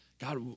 God